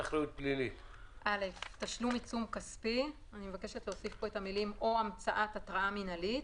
שמירת65.(א) תשלום עיצום כספי או המצאת התראה מינהלית,